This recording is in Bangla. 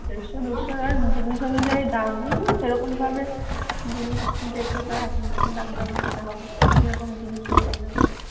দেড়শো দুশো আর জিনিস অনুযায়ী দাম বুঝলেন তো সেরকমভাবে জিনিস দেখে তা আপনি দামটা বলতে হবে কীরকম জিনিস নেবেন আপনি